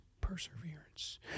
perseverance